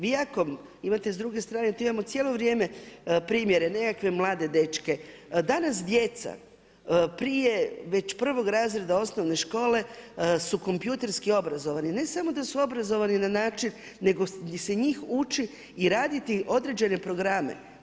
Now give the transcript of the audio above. Vi ako imate s druge strane, tu imamo cijelo vrijeme primjere, nekakve mlade dečke, danas djeca prije već 1. razreda osnovne škole su kompjuterski obrazovani, ne samo da su obrazovani na način nego se njih uči i raditi određene programe.